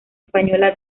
española